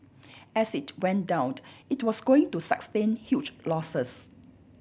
as it went down it was going to sustain huge losses